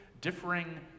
differing